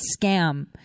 scam